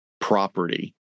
property